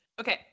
okay